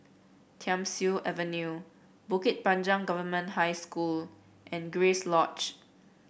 Thiam Siew Avenue Bukit Panjang Government High School and Grace Lodge